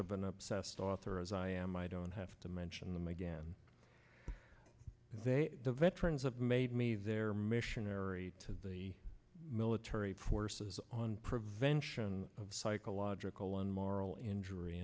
of an obsessed author as i am i don't have to mention them again they the veterans have made me their missionary to the military forces on prevention of psychological and maro injury